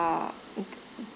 the